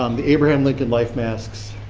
um the abraham lincoln life masks,